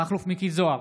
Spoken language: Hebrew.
מכלוף מיקי זוהר,